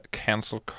cancel